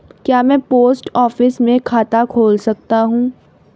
क्या मैं post office में खाता खोल सकता हूँ?